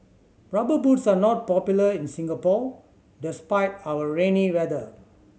Rubber Boots are not popular in Singapore despite our rainy weather